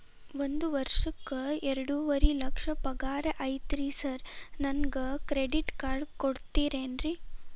ಒಂದ್ ವರ್ಷಕ್ಕ ಎರಡುವರಿ ಲಕ್ಷ ಪಗಾರ ಐತ್ರಿ ಸಾರ್ ನನ್ಗ ಕ್ರೆಡಿಟ್ ಕಾರ್ಡ್ ಕೊಡ್ತೇರೆನ್ರಿ?